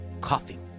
coughing